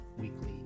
Weekly